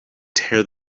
tear